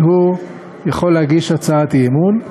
והוא יכול להגיש הצעת אי-אמון,